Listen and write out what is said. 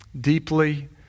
deeply